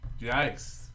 Yikes